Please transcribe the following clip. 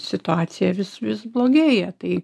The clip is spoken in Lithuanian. situacija vis vis blogėja tai